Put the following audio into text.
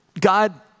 God